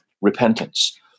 repentance